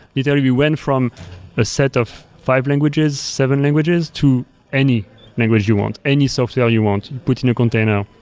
literally, we went from a set of five languages, seven languages, to any language you want, any software you want, put in a container,